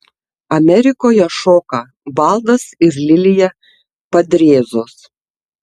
amerikoje šoka valdas ir lilija padriezos